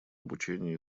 обучения